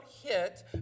hit